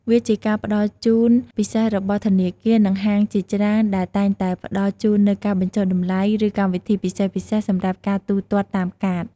វាជាការផ្តល់ជូនពិសេសរបស់ធនាគារ និងហាងជាច្រើនដែលតែងតែផ្តល់ជូននូវការបញ្ចុះតម្លៃ ឬកម្មវិធីពិសេសៗ សម្រាប់ការទូទាត់តាមកាត។